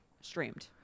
streamed